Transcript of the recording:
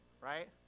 right